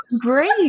Great